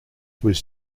was